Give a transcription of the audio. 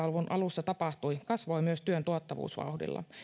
luvun alussa tapahtui kasvoi myös työn tuottavuus vauhdilla